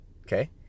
okay